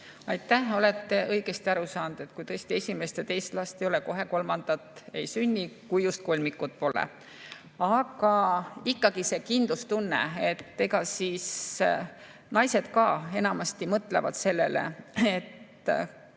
Aitäh! Olete õigesti aru saanud – tõesti, kui esimest ja teist last ei ole, siis kohe kolmandat ei sünni, kui just kolmikud pole. Aga ikkagi see kindlustunne. Naised enamasti mõtlevad sellele, et